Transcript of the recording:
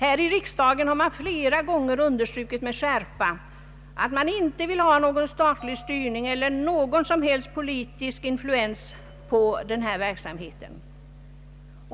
Här i riksdagen har man flera gånger med skärpa understrukit att man inte vill ha någon statlig styrning eller någon som helst politisk influens på denna verksamhet.